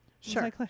Sure